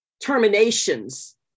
terminations